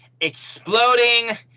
exploding